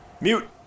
Mute